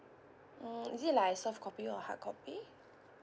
mm is it like a soft copy or hard copy